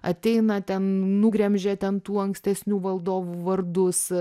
ateina ten nugremžia ten tų ankstesnių valdovų vardus